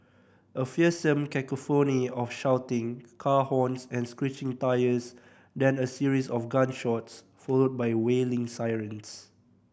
a fearsome cacophony of shouting car horns and screeching tyres then a series of gunshots followed by wailing sirens